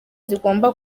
zigomba